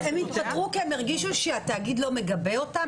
הם התפטרו כי הם הרגישו שהתאגיד לא מגבה אותם?